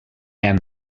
and